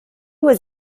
was